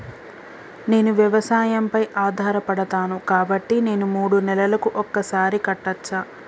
నేను వ్యవసాయం పై ఆధారపడతాను కాబట్టి నేను మూడు నెలలకు ఒక్కసారి కట్టచ్చా?